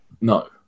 no